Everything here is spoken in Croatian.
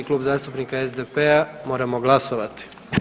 Klub zastupnika SDP-a moramo glasovati.